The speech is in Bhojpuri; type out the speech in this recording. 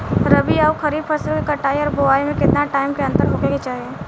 रबी आउर खरीफ फसल के कटाई और बोआई मे केतना टाइम के अंतर होखे के चाही?